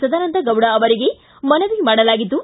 ಸದಾನಂದಗೌಡ ಅವರಿಗೆ ಮನವಿ ಮಾಡಲಾಗಿದ್ದು